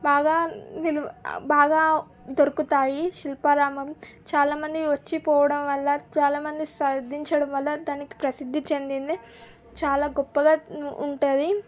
బాగా నిలువ బాగా దొరుకుతాయి శిల్పారామం చాలా మంది వచ్చిపోవడం వల్ల చాలా మంది సందర్శించడం వల్ల దానికి ప్రసిద్ది చెందింది చాలా గొప్పగా ఉంటుంది